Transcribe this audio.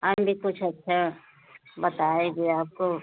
हम भी कुछ अच्छा बताएंगे आपको